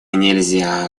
нельзя